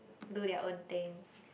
do their own thing